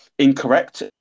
Incorrect